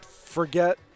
forget